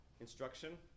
instruction